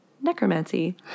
necromancy